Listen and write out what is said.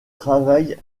travaille